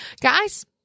guys